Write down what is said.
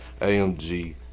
AMG